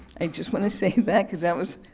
i just wanna say that because that was,